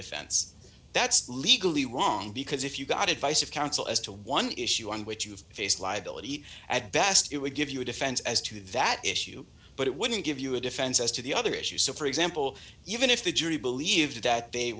defense that's legally wrong because if you got advice of counsel as to one issue on which you've faced liability at best it would give you a defense as to that issue but it wouldn't give you a defense as to the other issue so for example even if the jury believed that they